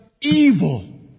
evil